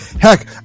Heck